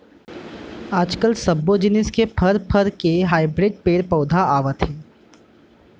आजकाल सब्बो जिनिस के फर, फर के हाइब्रिड पेड़ पउधा आवत हे